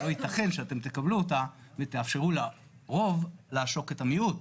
לא יתכן שאתם תקבלו אותה ותאפשרו לרוב לעשוק את המיעוט.